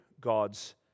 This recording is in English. God's